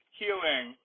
healing